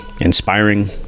inspiring